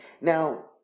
Now